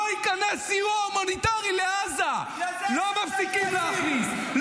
לא ייכנס סיוע הומניטרי לעזה, לא מפסיקים להכניס.